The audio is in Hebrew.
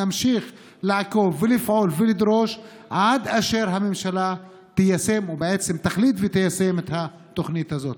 נמשיך לעקוב ולפעול ולדרוש עד אשר הממשלה תחליט ותיישם את התוכנית הזאת.